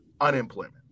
unemployment